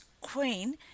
queen